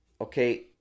okay